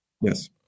Yes